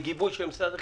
בגיבוי של משרד החינוך.